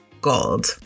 gold